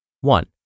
One